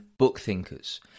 BookThinkers